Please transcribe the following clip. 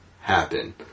happen